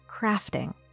crafting